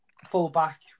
Full-back